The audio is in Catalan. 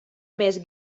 més